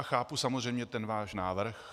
Chápu samozřejmě váš návrh.